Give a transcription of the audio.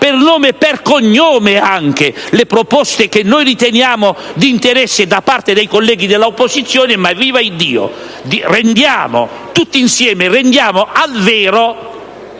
per nome e anche per cognome, le proposte che noi riteniamo di interesse da parte dei colleghi dell'opposizione. Ma, vivaddio, tutti insieme rendiamo al vero